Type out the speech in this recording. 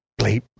bleep